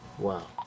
Wow